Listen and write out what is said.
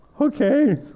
okay